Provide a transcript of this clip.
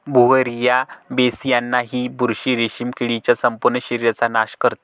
Beauveria bassiana ही बुरशी रेशीम किडीच्या संपूर्ण शरीराचा नाश करते